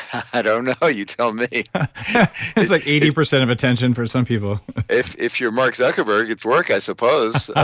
i don't know you tell me it's like eighty percent of attention for some people if if you're mark zuckerberg it's work i suppose.